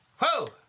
Whoa